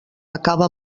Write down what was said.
acaba